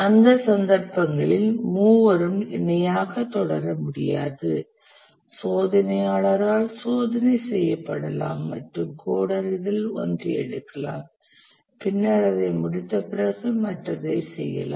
அந்த சந்தர்ப்பங்களில் மூவரும் இணையாக தொடர முடியாது சோதனையாளரால் சோதனை செய்யப்படலாம் மற்றும் கோடர் இதில் ஒன்றை எடுக்கலாம் பின்னர் அதை முடித்த பிறகு மற்றதைச் செய்ய முடியும்